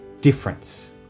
difference